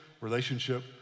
relationship